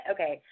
Okay